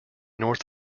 north